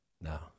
no